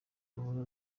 ruhora